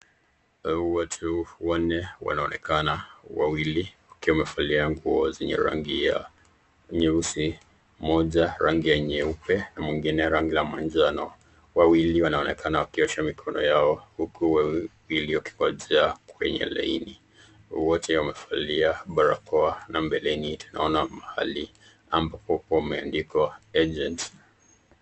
Watu wanne wanaoneka wawili wakiwa wamevalia nguo zenye rangi ya nyeusi, mmoja rnagi ya nyeupe na mwingine rangi ya manjano. Wawili wanaonekana wakiosha mikono yao huku wawili wakingoja kwenye laini. Wote wamevalia barakoa na mbeleni tunaona mahali ambapo pameandikwa agent .